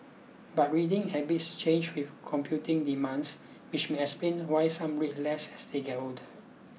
but reading habits change with competing demands which may explain why some read less as they get older